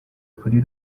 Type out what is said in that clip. kuri